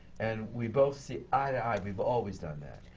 and we both see eye to eye. we've always done that.